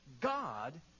God